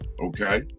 okay